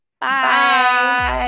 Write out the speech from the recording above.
Bye